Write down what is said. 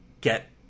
get